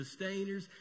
sustainers